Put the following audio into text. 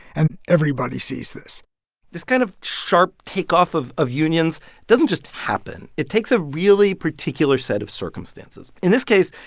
and everybody sees this this kind of sharp takeoff of of unions doesn't just happen. it takes a really particular set of circumstances. in this case,